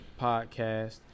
podcast